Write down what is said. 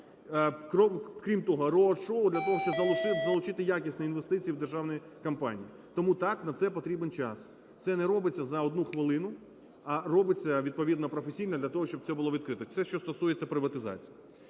Крім того – road show для того, щоб залучити якісні інвестиції в державні компанії. Тому – так, на це потрібен час, це не робиться за одну хвилину, а робиться відповідно професійно для того, щоб це було відкрито. Це що стосується приватизації.